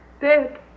dead